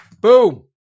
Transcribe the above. boom